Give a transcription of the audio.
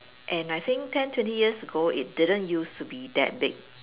and I think ten twenty years ago it didn't used to be that big